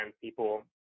people